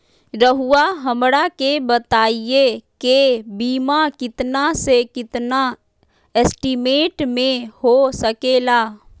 रहुआ हमरा के बताइए के बीमा कितना से कितना एस्टीमेट में हो सके ला?